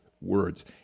words